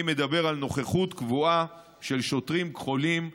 אני מדבר על נוכחות קבועה של שוטרים כחולים ברחובות,